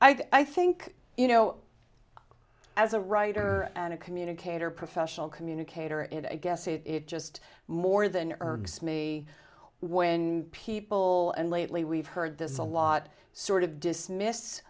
i think you know as a writer and a communicator professional communicator and i guess it is just more than ergs me when people and lately we've heard this a lot sort of dismiss